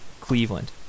Cleveland